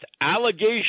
allegations